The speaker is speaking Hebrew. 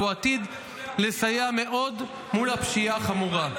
הוא עתיד לסייע מאוד מול הפשיעה החמורה.